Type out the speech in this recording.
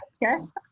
Yes